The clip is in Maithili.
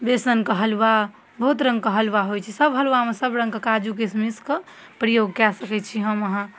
बेसनके हलुआ बहुत रङ्गके हलुआ होइ छै सब हलुआमे सबरङ्गके काजू किसमिसके प्रयोग कऽ सकै छी हम अहाँ